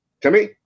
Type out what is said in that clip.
Timmy